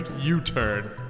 U-turn